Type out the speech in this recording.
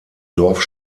dorf